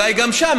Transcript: ואולי גם שם,